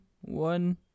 one